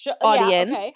audience